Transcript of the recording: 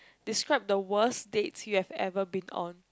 describe the worst date you've ever been on